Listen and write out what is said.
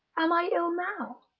am i ill now?